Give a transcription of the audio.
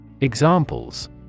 Examples